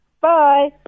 Bye